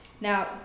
now